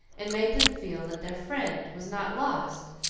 and made them feel that their friend was not lost